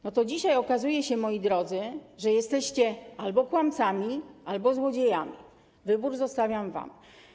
No to dzisiaj okazuje się moi drodzy, że jesteście albo kłamcami, albo złodziejami, wybór zostawiam wam.